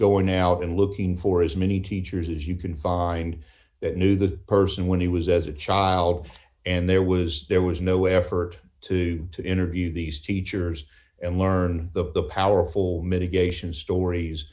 going out and looking for as many teachers as you can find that knew the person when he was as a child and there was there was no effort to to interview these teachers and learn the powerful mitigations stories